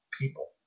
people